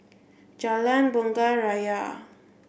Jalan Bunga Raya